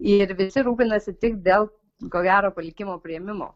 ir visi rūpinasi tik dėl ko gero palikimo priėmimo